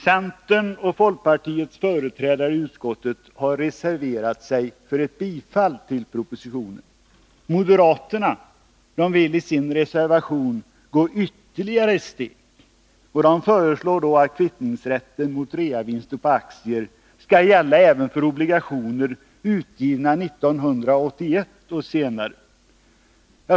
Centerns och folkpartiets företrädare i utskottet har reserverat sig för ett bifall till propositionen. Moderaterna vill i sin reservation gå ytterligare ett steg, och de föreslår att kvittningsrätten mot reavinster på aktier skall gälla även för obligationer utgivna 1981 och senare.